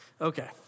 Okay